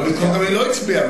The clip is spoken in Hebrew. בוא נזכור גם מי לא הצביע,